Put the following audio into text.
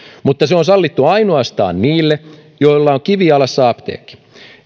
se on sallittua ainoastaan niille joilla on kivijalassa apteekki